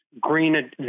green